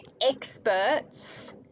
experts